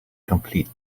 complete